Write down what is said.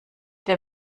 der